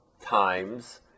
times